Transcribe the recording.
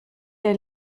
der